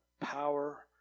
power